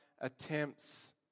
attempts